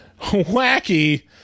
wacky